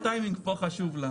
הטיימינג פה חשוב לנו